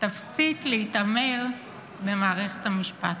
תפסיק להתעמר במערכת המשפט.